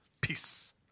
Peace